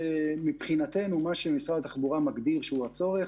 מבחינתנו מה שהמשרד התחבורה מגדיר שהוא הצורך